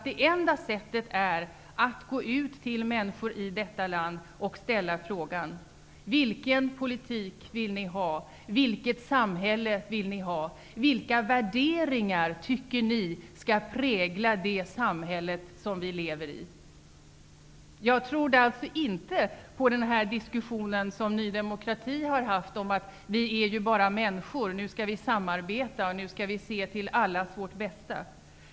Det enda sättet är att gå ut till människor i detta land och fråga: Vilken politik vill ni har? Vilket samhälle vill ni ha? Vilka värderingar tycker ni skall prägla det samhälle som vi lever i? Jag tror inte på det som Ny demokrati fört fram i diskussionen, där man har sagt: Vi är ju bara människor, nu skall vi samarbeta och se till allas vårt bästa.